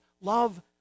Love